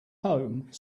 home